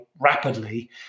rapidly